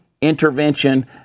intervention